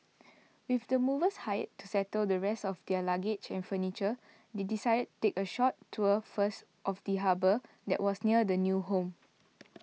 with the movers hired to settle the rest of their luggage and furniture they decided take a short tour first of the harbour that was near their new home